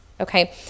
okay